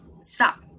stop